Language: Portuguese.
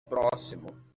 próximo